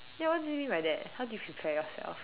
ya what do they mean by that how do you prepare yourself